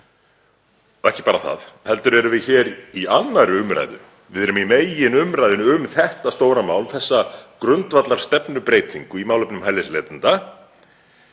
Og ekki bara það heldur erum við hér í 2. umr. Við erum í meginumræðunni um þetta stóra mál, þessa grundvallarstefnubreytingu í málefnum hælisleitenda.